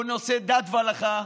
בנושאי דת והלכה,